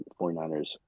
49ers